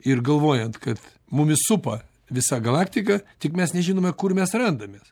ir galvojant kad mumis supa visa galaktika tik mes nežinome kur mes randamės